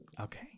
Okay